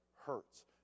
hurts